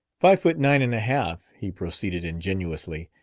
five foot nine and a half, he proceeded ingenuously,